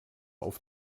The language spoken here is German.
auf